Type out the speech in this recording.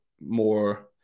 more